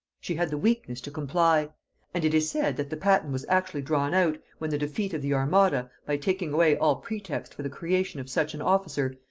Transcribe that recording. she had the weakness to comply and it is said that the patent was actually drawn out, when the defeat of the armada, by taking away all pretext for the creation of such an officer,